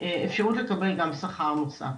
אפשרות לקבל גם שכר נוסף.